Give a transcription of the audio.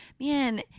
Man